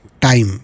time